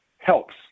helps